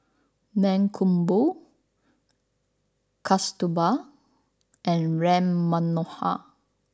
Mankombu Kasturba and Ram Manohar